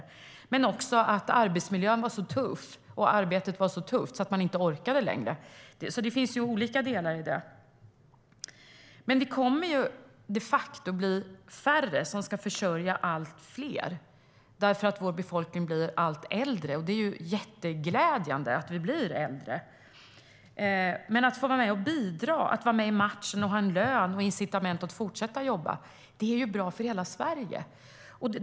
Men det handlade också om att arbetsmiljön och arbetet var så tufft att de inte orkade längre. Det finns alltså olika delar i detta. Men vi kommer de facto att bli färre som ska försörja allt fler därför att vår befolkning blir allt äldre. Det är mycket glädjande att vi blir äldre. Att man får vara med och bidra och att få vara med i matchen och ha en lön och incitament att fortsätta jobba är bra för hela Sverige.